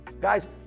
Guys